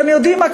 אתם יודעים מה?